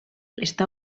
està